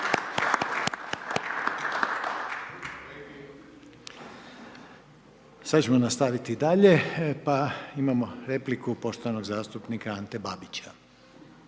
Sada ćemo nastaviti dalje, pa imamo repliku poštovanog zastupnika Ante Babića.